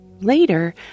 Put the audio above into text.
Later